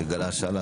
שגלש לשם,